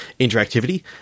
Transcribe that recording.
interactivity